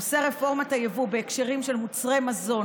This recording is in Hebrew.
נושא רפורמת היבוא בהקשרים של מוצרי מזון